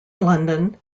london